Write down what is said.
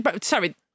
sorry